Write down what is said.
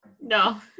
No